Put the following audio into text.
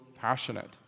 passionate